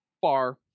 far